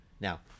Now